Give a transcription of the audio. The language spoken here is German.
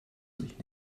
sich